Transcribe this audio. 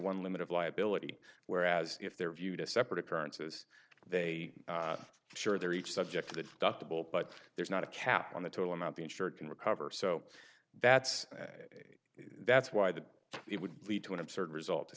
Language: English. one limited liability whereas if they're viewed as separate appearances they sure they're each subject to the doctor but there's not a cap on the total amount the insured can recover so that's that's why the it would lead to an absurd result to